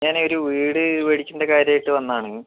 ഞാനേ ഒരു വീട് മേടിച്ചതിൻ്റെ കാര്യവുമായിട്ടു വന്നതാണ്